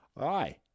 Aye